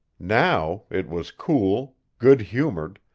now it was cool, good-humored,